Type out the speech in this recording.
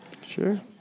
Sure